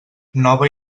nova